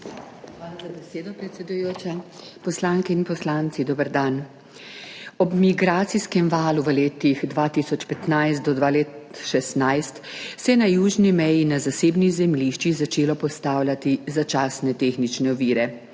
Hvala za besedo, predsedujoča. Poslanke in poslanci, dober dan. Ob migracijskem valu v letih 2015–2016 se je na južni meji na zasebnih zemljiščih začelo postavljati začasne tehnične ovire.